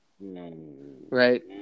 right